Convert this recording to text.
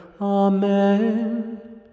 Amen